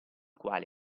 quale